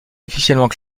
officiellement